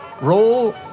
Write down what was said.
Roll